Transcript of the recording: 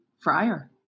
fryer